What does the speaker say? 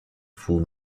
vous